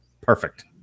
Perfect